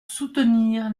soutenir